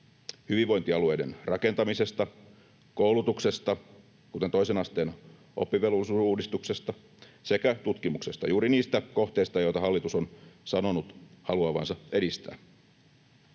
hyvinvointialueiden rakentamisesta, koulutuksesta, kuten toisen asteen oppivelvollisuusuudistuksesta, sekä tutkimuksesta — juuri niistä kohteista, joita hallitus on sanonut haluavansa edistää.